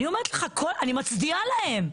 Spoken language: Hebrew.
אני מצדיעה להם.